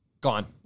gone